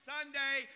Sunday